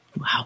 Wow